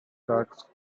guards